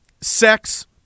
sex